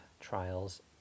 trials